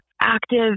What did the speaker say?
active